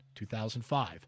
2005